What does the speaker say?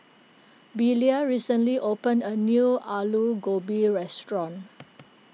Belia recently opened a new Alu Gobi restaurant